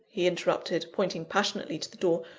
he interrupted, pointing passionately to the door,